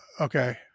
Okay